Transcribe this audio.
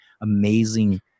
amazing